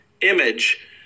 image